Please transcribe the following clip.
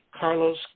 Carlos